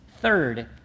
third